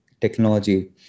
technology